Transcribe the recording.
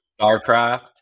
starcraft